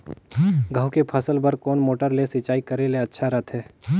गहूं के फसल बार कोन मोटर ले सिंचाई करे ले अच्छा रथे?